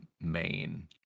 main